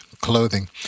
clothing